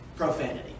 Profanity